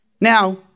Now